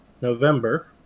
november